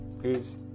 please